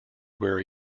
where